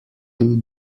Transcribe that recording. two